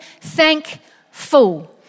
Thankful